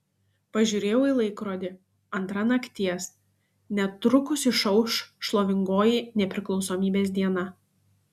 pažiūrėjau į laikrodį antra nakties netrukus išauš šlovingoji nepriklausomybės diena